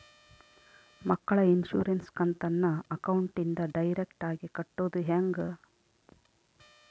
ಮಕ್ಕಳ ಇನ್ಸುರೆನ್ಸ್ ಕಂತನ್ನ ಅಕೌಂಟಿಂದ ಡೈರೆಕ್ಟಾಗಿ ಕಟ್ಟೋದು ಹೆಂಗ?